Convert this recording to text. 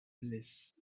laisse